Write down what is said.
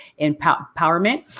empowerment